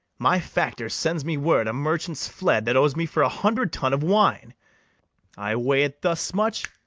my factor sends me word a merchant's fled that owes me for a hundred tun of wine i weigh it thus much